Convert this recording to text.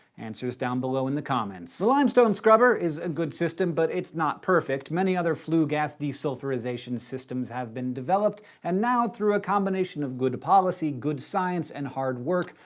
answer us down below in the comments. the limestone scrubber is a good system, but it's not perfect. many other flue gas desulfurization systems have been developed, and now through a combination of good policy, good science, and hard work,